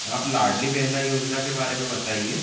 आप लाडली बहना योजना के बारे में बताइए